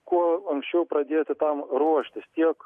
kuo anksčiau pradėti tam ruoštis tiek